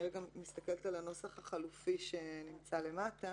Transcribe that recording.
אני מסתכלת על הנוסח החלופי שנמצא למטה